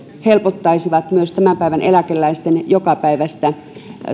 helpottaisivat myös tämän päivän eläkeläisten jokapäiväistä